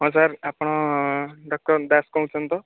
ହଁ ସାର୍ ଆପଣ ଡକ୍ଟର୍ ଦାସ୍ କହୁଛନ୍ତି ତ